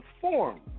form